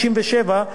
67,